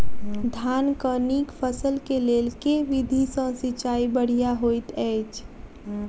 धानक नीक फसल केँ लेल केँ विधि सँ सिंचाई बढ़िया होइत अछि?